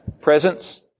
presence